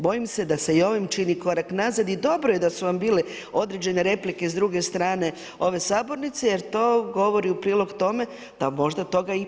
Bojim se da se i ovim čini korak nazad i dobro je da su vam bile određen replike s druge strane ove sabornice jer to govori u prilog tome da možda toga ipak neće biti.